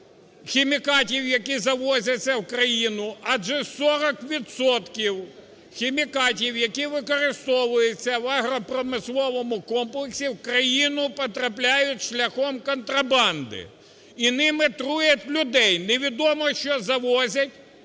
хімікатів, які завозяться в країну. Адже 40 відсотків хімікатів, які використовуються в агропромисловому комплексі, в країну потрапляють шляхом контрабанди і ними труять людей! Невідомо що завозять,